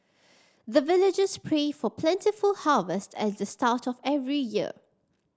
the villagers pray for plentiful harvest at the start of every year